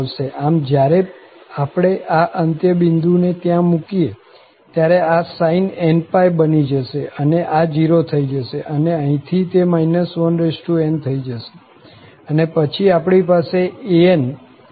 આમ જયારે આપણે આ અંત્ય બિંદુ ને ત્યાં મુકીએ ત્યારે આ sin nπ બની જશે અને આ 0 થઇ જશે અને અહીં તે 1n થઇ જશે અને પછી આપણી પાસે આ ans છે